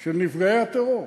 של נפגעי הטרור,